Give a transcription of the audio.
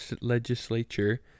legislature